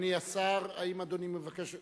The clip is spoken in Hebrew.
אדוני השר, האם אדוני מבקש?